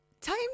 time